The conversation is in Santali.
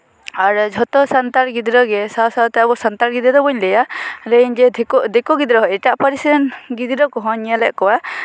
ᱟᱨ ᱡᱷᱚᱛᱚ ᱥᱟᱱᱛᱟᱲ ᱜᱤᱫᱽᱨᱟᱹ ᱜᱮ ᱥᱟᱶ ᱥᱟᱶᱛᱮ ᱟᱵᱚ ᱥᱟᱱᱛᱟᱲ ᱜᱤᱫᱽᱨᱟᱹ ᱫᱚ ᱵᱟᱹᱧ ᱞᱟᱹᱭᱟ ᱞᱟᱹᱭᱟᱹᱧ ᱡᱮ ᱫᱤᱠᱩ ᱫᱤᱠᱩ ᱜᱤᱫᱽᱨᱟᱹ ᱦᱚᱸ ᱮᱴᱟᱜ ᱯᱟᱹᱨᱤᱥᱤ ᱨᱮᱱ ᱜᱤᱫᱽᱨᱟᱹ ᱠᱚᱦᱚᱸᱧ ᱧᱮᱞᱮᱫ ᱠᱚᱣᱟ